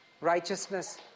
righteousness